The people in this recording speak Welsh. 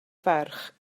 ferch